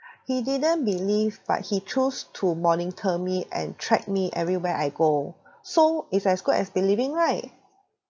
he didn't believe but he choose to monitor me and track me everywhere I go so it's as good as believing right